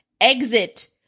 Exit